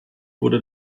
wurde